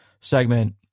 segment